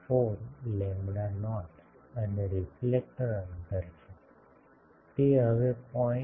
4 lambda naught અને reflector અંતર છે તે હવે 0